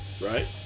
Right